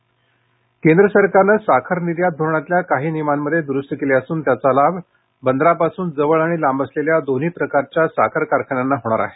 साखर कारखाने केंद्र सरकारनं साखर निर्यात धोरणातल्या काही नियमांमध्ये द्रुस्ती केली असून त्याचा लाभ बंदरापासून जवळ आणि लांब असलेल्या दोन्ही प्रकारच्या साखर कारखान्यांना होणार आहे